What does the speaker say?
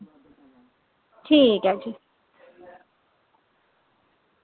ठीक ऐ जी